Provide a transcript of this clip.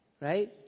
Right